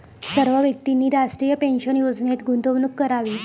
सर्व व्यक्तींनी राष्ट्रीय पेन्शन योजनेत गुंतवणूक करावी